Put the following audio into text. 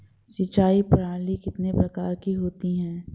सिंचाई प्रणाली कितने प्रकार की होती है?